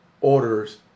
orders